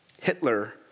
Hitler